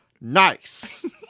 nice